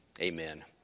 Amen